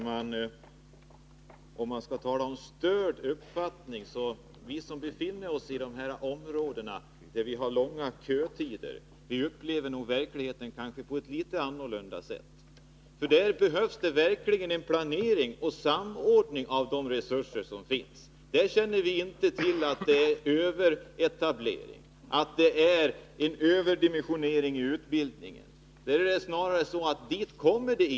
Herr talman! På tal om störd uppfattning vill jag säga att vi som befinner oss i de områden där det förekommer långa kötider nog upplever verkligheten på ett litet annorlunda sätt. Där behövs det verkligen en planering och samordning av de resurser som finns. Där känner vi inte till någon överetablering eller överdimensionering i utbildningen. Läget är snarare det att inga tandläkare kommer dit.